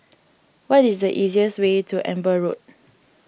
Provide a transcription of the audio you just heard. what is the easiest way to Amber Road